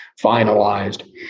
finalized